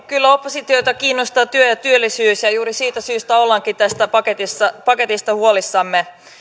kyllä oppositiota kiinnostaa työllisyys ja juuri siitä syystä olemmekin tästä paketista huolissamme